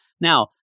Now